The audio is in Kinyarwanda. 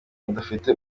adafite